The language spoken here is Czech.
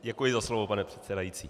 Děkuji za slovo, pane předsedající.